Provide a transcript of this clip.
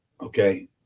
okay